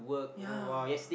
ya